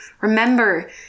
Remember